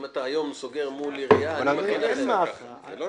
אם היום אתה סוגר מול עירייה --- אבל זה לא נעשה ככה.